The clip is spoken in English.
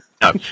No